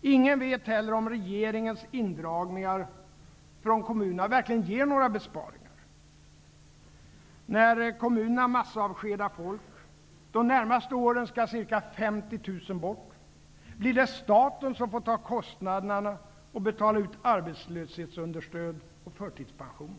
Ingen vet heller om regeringens indragningar från kommunerna verkligen ger några besparingar. När kommunerna massavskedar folk -- under de närmaste åren skall ca 50 000 bort -- blir det staten som får ta kostnaderna och betala ut arbetslöshetsunderstöd och förtidspensioner.